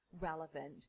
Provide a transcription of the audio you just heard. relevant